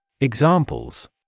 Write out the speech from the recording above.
Examples